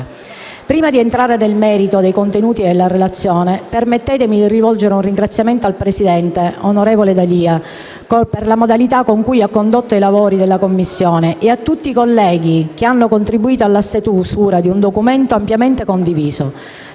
Prima di entrare nel merito dei contenuti della relazione, permettetemi di rivolgere un ringraziamento al presidente, onorevole D'Alia, per la modalità con cui ha condotto i lavori della Commissione, e a tutti i colleghi, che hanno contribuito alla stesura di un documento ampiamente condiviso,